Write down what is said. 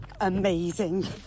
amazing